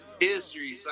history